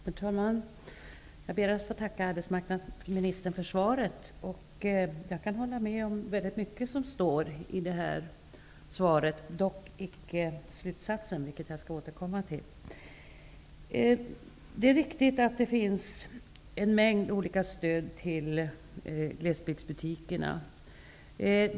Herr talman! Jag ber att få tacka arbetsmarknadsministern för svaret. Jag kan hålla med om väldigt mycket i detta svar -- dock icke slutsatsen, vilket jag skall återkomma till. Det är riktigt att det finns en mängd olika stöd till glesbygdsbutikerna.